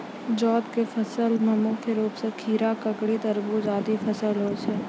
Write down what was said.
जैद क फसल मे मुख्य रूप सें खीरा, ककड़ी, तरबूज आदि फसल होय छै